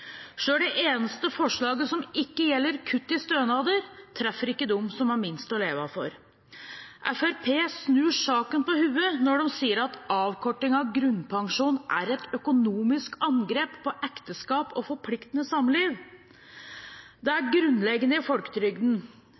det eneste forslaget som ikke gjelder kutt i stønader, treffer ikke dem som har minst å leve av. Fremskrittspartiet snur saken på hodet når de sier at avkortning av grunnpensjon er et økonomisk angrep på ekteskap og forpliktende samliv. Det er og har alltid vært grunnleggende i Folketrygden